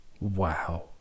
Wow